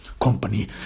company